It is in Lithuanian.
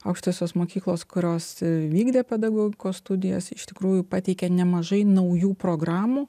aukštosios mokyklos kurios vykdė pedagogikos studijas iš tikrųjų pateikė nemažai naujų programų